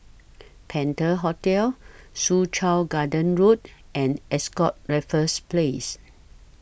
Penta Hotel Soo Chow Garden Road and Ascott Raffles Place